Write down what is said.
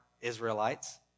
Israelites